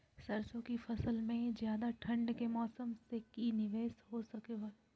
सरसों की फसल में ज्यादा ठंड के मौसम से की निवेस हो सको हय?